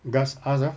just ask ah